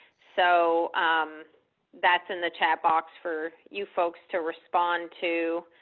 so that's in the chat box for you folks to respond to.